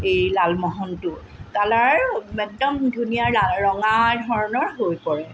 এই লালমহনটো কালাৰ একদম ৰঙা ধৰণৰ হৈ পৰে